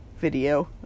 video